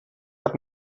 hat